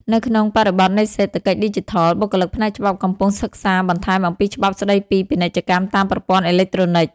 នៅក្នុងបរិបទនៃសេដ្ឋកិច្ចឌីជីថល បុគ្គលិកផ្នែកច្បាប់កំពុងសិក្សាបន្ថែមអំពីច្បាប់ស្តីពីពាណិជ្ជកម្មតាមប្រព័ន្ធអេឡិចត្រូនិក។